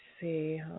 see